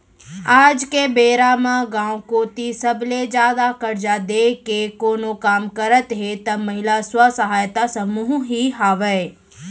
आज के बेरा म गाँव कोती सबले जादा करजा देय के कोनो काम करत हे त महिला स्व सहायता समूह ही हावय